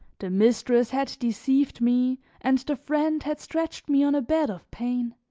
the mistress had deceived me and the friend had stretched me on a bed of pain.